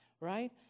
right